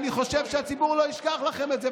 אני חושב שהציבור לא ישכח לכם את זה,